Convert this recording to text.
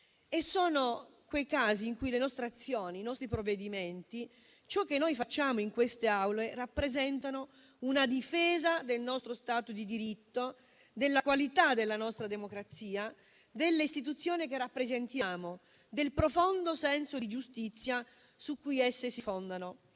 sono quei casi in cui le nostre azioni, i nostri provvedimenti, ciò che noi facciamo in queste Aule, rappresentano una difesa del nostro Stato di diritto, della qualità della nostra democrazia, delle istituzioni che rappresentiamo, del profondo senso di giustizia su cui esse si fondano.